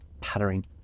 pattering